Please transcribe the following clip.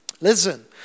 Listen